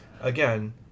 again